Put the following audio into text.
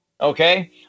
okay